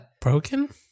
Broken